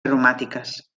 aromàtiques